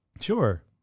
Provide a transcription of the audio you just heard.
Sure